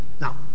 Now